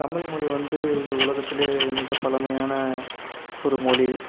தமிழ் மொழி வந்து இந்த உலகத்துலயே மிக பழமையான ஒரு மொழி